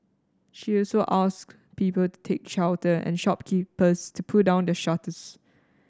she also asked people to take shelter and shopkeepers to pull down the shutters